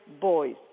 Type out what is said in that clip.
boys